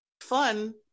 fun